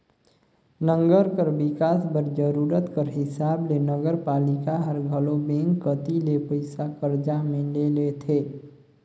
नंगर कर बिकास बर जरूरत कर हिसाब ले नगरपालिका हर घलो बेंक कती ले पइसा करजा में ले लेथे